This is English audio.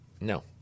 No